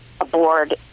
Aboard